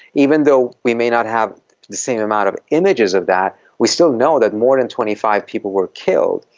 even though we may not have the same amount of images of that, we still know that more than twenty five people were killed,